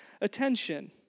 attention